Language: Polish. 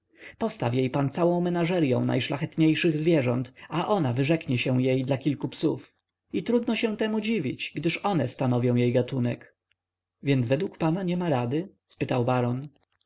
jej pan całą menażeryą najszlachetniejszych zwierząt a ona wyrzeknie się jej dla kilku psów i trudno się temu dziwić gdyż one stanowią jej gatunek więc według pana niema rady spytał baron